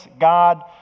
God